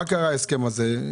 מה קרה להסכם הזה?